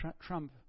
Trump